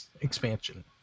expansion